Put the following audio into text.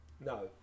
no